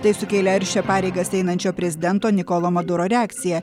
tai sukėlė aršią pareigas einančio prezidento nikolo maduro reakciją